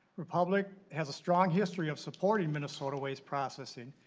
the public has a strong history of supporting minnesota waste processing.